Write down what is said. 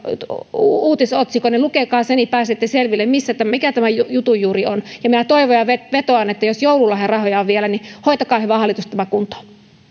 uutisotsikon lukekaa se niin pääsette selville mikä tämä jutun juuri on ja minä toivon ja vetoan että jos joululahjarahoja on vielä niin hoitakaa hyvä hallitus tämä kuntoon